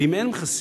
ואם אין מכסים,